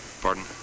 Pardon